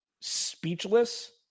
speechless